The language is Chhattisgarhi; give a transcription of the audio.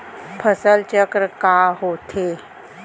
फसल चक्र का होथे?